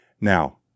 Now